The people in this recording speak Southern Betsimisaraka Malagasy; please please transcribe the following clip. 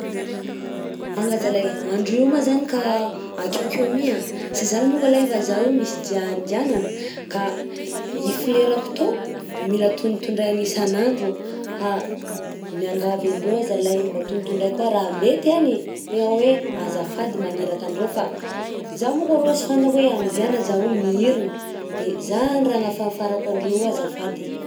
Oh lah zalahy e! _x000D_ Andreo io ma zany ka akeokeo mi a? _x000D_ Sy zany mo koa lay fa zah io misy dia andihanana ka i flerako tô mila tondratondrahana isanandro miangavy andreo a zalahy mba tondratondray kô ra mety agny, tena oe azafady magniraka andreo za monko arô sy fantatro eo amin'ny óviana za io miherina, de zany raha anafafarako andreo io azafady.